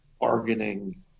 bargaining